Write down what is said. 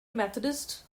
methodist